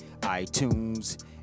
iTunes